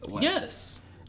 Yes